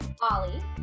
Ollie